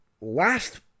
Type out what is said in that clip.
last